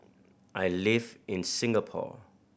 I live in Singapore